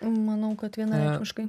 manau kad vienareikšmiškai